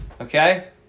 Okay